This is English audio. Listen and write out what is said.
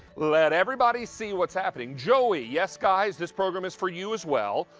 let everybody see what's happening. joey, yes, guys, this program is for you as well.